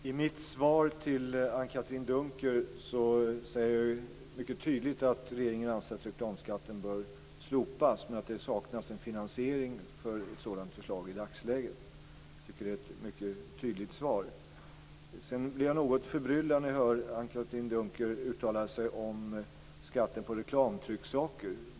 Fru talman! I mitt svar till Anne-Katrine Dunker säger jag mycket tydligt att regeringen anser att reklamskatten bör slopas men att det saknas finansiering för ett sådant förslag i dagsläget. Jag tycker att det är ett mycket tydligt svar. Jag blir något förbryllad när jag hör Anne-Katrine Dunker uttala sig om skatten på reklamtrycksaker.